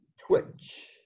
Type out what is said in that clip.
Twitch